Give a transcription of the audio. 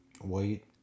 white